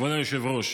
כבוד היושב-ראש,